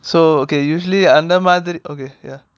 so okay usually அந்த மாதிரி:antha maathiri okay ya